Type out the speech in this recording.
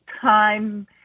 time